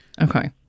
Okay